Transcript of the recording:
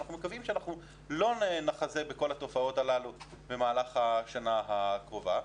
אנחנו מקווים שלא נחזה בכל התופעות הללו במהלך השנה הקרובה.